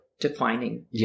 defining